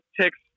ticks